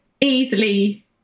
easily